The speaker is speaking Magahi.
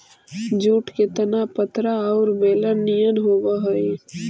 जूट के तना पतरा औउर बेलना निअन होवऽ हई